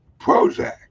Prozac